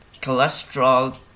cholesterol